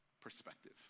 perspective